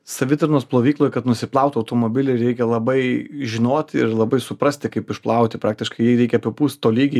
savitarnos plovykloj kad nusiplaut automobilį reikia labai žinot ir labai suprasti kaip išplauti praktiškai jį reikia apipūst tolygiai visą